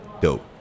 dope